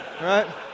Right